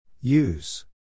Use